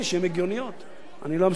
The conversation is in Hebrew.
אני לא מסוגל להבין את החלטת הממשלה.